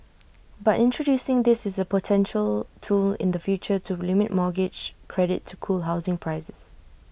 but introducing this is A potential tool in the future to limit mortgage credit to cool housing prices